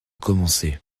commencer